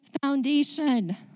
foundation